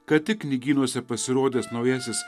ką tik knygynuose pasirodęs naujasis